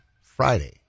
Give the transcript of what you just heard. Friday